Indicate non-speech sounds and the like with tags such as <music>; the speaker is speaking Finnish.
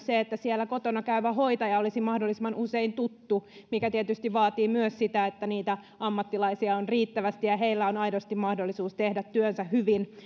<unintelligible> se että siellä kotona käyvä hoitaja olisi mahdollisimman usein tuttu mikä tietysti vaatii myös sitä että niitä ammattilaisia on riittävästi ja heillä on aidosti mahdollisuus tehdä työnsä hyvin <unintelligible>